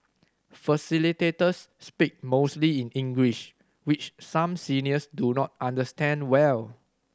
facilitators speak mostly in English which some seniors do not understand well